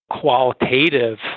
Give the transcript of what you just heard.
qualitative